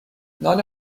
نان